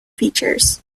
features